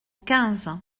quinze